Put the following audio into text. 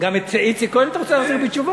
גם את איציק כהן אתה רוצה להחזיר בתשובה?